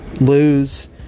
lose